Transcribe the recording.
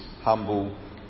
humble